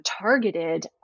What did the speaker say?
targeted